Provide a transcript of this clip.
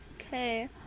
Okay